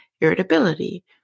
irritability